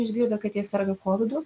išgirdę kad jie serga kovidu